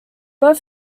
both